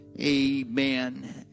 amen